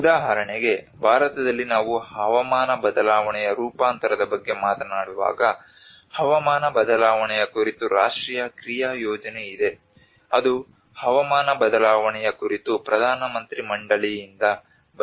ಉದಾಹರಣೆಗೆ ಭಾರತದಲ್ಲಿ ನಾವು ಹವಾಮಾನ ಬದಲಾವಣೆಯ ರೂಪಾಂತರದ ಬಗ್ಗೆ ಮಾತನಾಡುವಾಗ ಹವಾಮಾನ ಬದಲಾವಣೆಯ ಕುರಿತು ರಾಷ್ಟ್ರೀಯ ಕ್ರಿಯಾ ಯೋಜನೆ ಇದೆ ಅದು ಹವಾಮಾನ ಬದಲಾವಣೆಯ ಕುರಿತು ಪ್ರಧಾನ ಮಂತ್ರಿ ಮಂಡಳಿಯಿಂದ ಬಂದಿದೆ